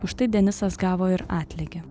už tai denisas gavo ir atlygį